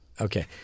Okay